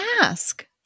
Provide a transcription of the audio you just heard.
ask